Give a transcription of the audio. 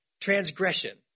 transgression